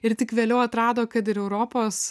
ir tik vėliau atrado kad ir europos